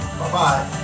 Bye-bye